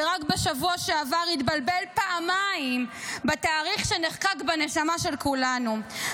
ורק בשבוע שעבר התבלבל פעמיים בתאריך שנחקק בנשמה של כולנו,